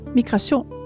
migration